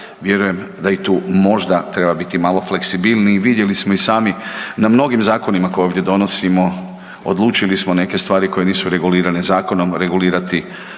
vjerujem da i tu možda treba biti malo fleksibilniji. Vidjeli smo i sami na mnogim zakonima koje ovdje donosimo, odlučili smo neke stvari koje nisu regulirane zakonom regulirati